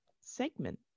segment